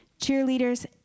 Cheerleaders